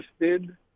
interested